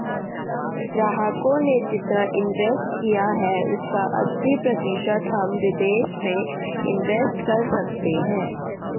ग्राहकों ने जितना इंवेस्ट किया है उसका अस्सी प्रतिशत हम विदेश में इंवेस्ट कर सकते हैं